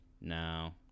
No